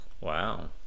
Wow